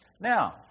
Now